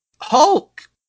hulk